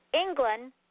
England